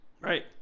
Right